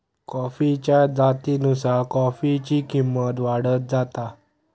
कॉफीच्या जातीनुसार कॉफीची किंमत वाढत जाता